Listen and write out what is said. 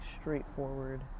straightforward